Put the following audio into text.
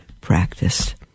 practiced